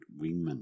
wingman